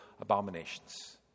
abominations